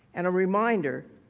and reminder,